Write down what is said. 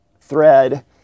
thread